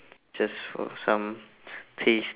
just for some taste